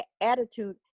attitude